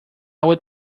would